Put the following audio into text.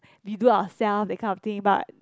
we do our self that kind of thing but